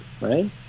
right